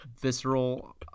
visceral